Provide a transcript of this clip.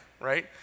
right